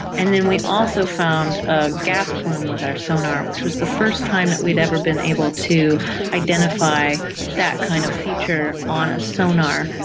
and then we also found a gas plume with our sonar, which was the first time that we'd never been able to identify that kind of feature on a sonar,